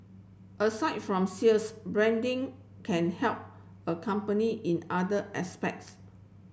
aside from sales branding can help a company in other aspects